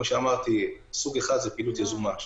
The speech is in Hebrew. פעילות אחת היא פעילות יזומה,